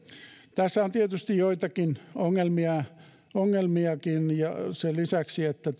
tässä on tietysti joitakin ongelmiakin sen lisäksi että